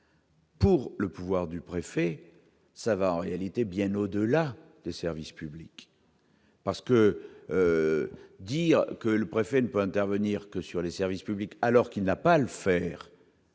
du pouvoir du préfet, ce qui va bien au-delà des services publics. Dire que le préfet ne peut intervenir que sur les services publics, alors qu'il n'a pas à le faire